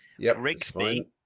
Rigsby